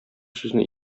сүзне